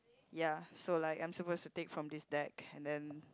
ya so like I'm supposed to take from this deck and then